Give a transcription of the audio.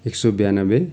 एक सय बयानब्बे